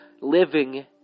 Living